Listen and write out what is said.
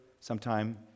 sometime